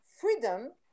freedom